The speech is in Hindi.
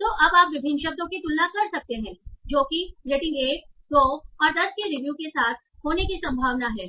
तो अब आप विभिन्न शब्दों की तुलना कर सकते हैं जो कि रेटिंग 1 2 और 10 की रिव्यू के साथ होने की संभावना है